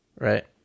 Right